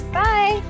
bye